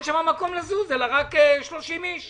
לידו מקום לזוז אלא יכולים להיכנס רק עד 30 אנשים.